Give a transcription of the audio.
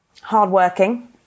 Hardworking